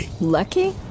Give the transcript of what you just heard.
Lucky